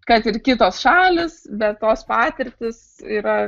kad ir kitos šalys bet tos patirtys yra